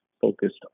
focused